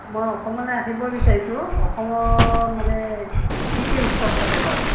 মই অসমলৈ আহিব বিচাৰিছোঁ অসমৰ মানে কি কি উৎসৱ পাতে বাৰু